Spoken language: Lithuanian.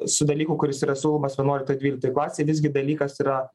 su dalyku kuris yra siūlomas vienuoliktoj dvyliktoj klasėj visgi dalykas yra